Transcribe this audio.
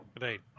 right